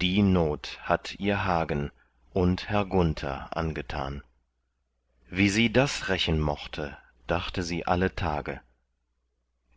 die not hatt ihr hagen und herr gunther angetan wie sie das rächen möchte dachte sie alle tage